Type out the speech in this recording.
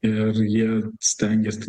ir jie stengiasi